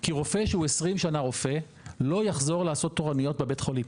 כי רופא שהוא 20 שנים רופא לא יחזור לעשות תורנויות בבית חולים.